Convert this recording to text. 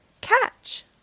catch